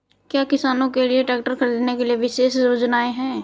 क्या किसानों के लिए ट्रैक्टर खरीदने के लिए विशेष योजनाएं हैं?